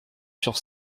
sur